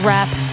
Rap